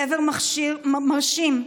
גבר מרשים,